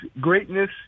greatness